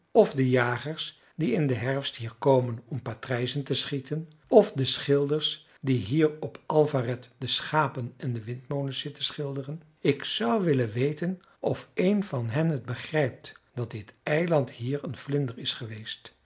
of de jagers die in den herfst hier komen om patrijzen te schieten of de schilders die hier op alvaret de schapen en de windmolens zitten schilderen ik zou willen weten of een van hen het begrijpt dat dit eiland hier een vlinder is geweest